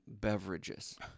beverages